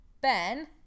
Ben